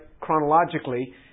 chronologically